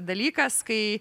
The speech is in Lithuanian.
dalykas kai